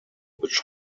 which